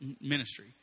Ministry